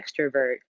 extrovert